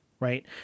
right